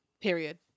period